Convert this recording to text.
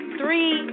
three